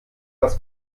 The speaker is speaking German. das